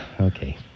Okay